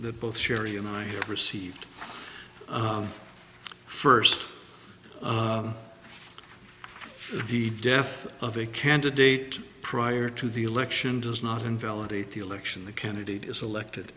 that both sherry and i received first the death of a candidate prior to the election does not invalidate the election the candidate is selected